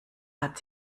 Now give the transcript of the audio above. hat